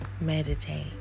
meditate